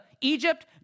Egypt